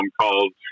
called